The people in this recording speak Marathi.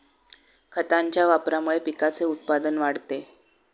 खतांच्या वापरामुळे पिकाचे उत्पादन वाढते